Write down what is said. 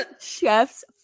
chef's